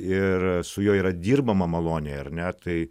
ir su juo yra dirbama maloniai ar ne tai